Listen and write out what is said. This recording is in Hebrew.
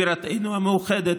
בירתנו המאוחדת,